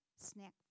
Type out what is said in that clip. snack